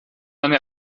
eine